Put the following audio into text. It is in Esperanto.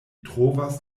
trovas